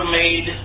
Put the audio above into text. made